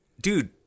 Dude